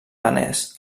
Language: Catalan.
danès